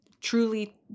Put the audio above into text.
truly